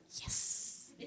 Yes